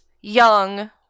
young